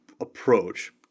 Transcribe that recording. approach